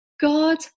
God